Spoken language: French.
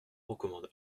recommande